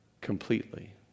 completely